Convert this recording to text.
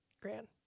Grand